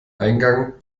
eingang